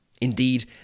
Indeed